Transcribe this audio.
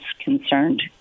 concerned